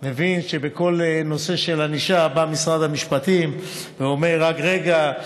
מבין שבכל נושא של ענישה בא משרד המשפטים ואומר: רק רגע.